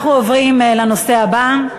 אנחנו עוברים לנושא הבא,